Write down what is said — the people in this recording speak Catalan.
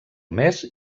mes